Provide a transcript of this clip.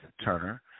Turner